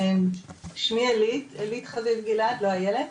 שמי אלית חביב גלעד, לא איילת.